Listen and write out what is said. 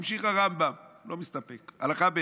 ממשיך הרמב"ם, לא מסתפק, הלכה ב':